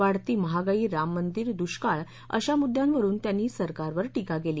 वाढती महागाई राम मंदिर दुष्काळ अशा मुद्यांवरुन त्यांनी सरकारवर टीका केली